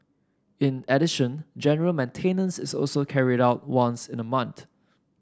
in addition general maintenance is also carried out once in a month